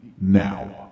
now